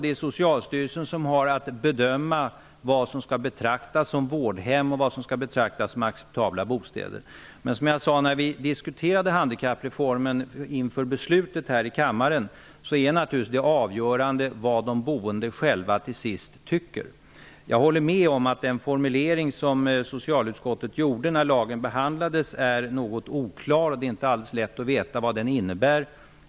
Det är Socialstyrelsen som har att bedöma vad som skall betraktas som vårdhem och vad som skall betraktas som acceptabla bostäder. Som jag sade när vi diskuterade handikappreformen inför beslutet här i kammaren, är det naturligtvis avgörande vad de boende själva till sist tycker. Jag håller med om att den formulering som socialutskottet gjorde när lagen behandlades är något oklar. Det är inte alldeles lätt att veta vad den innebär.